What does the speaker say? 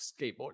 skateboarding